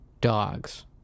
dogs